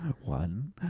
One